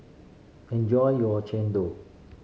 enjoy your chendol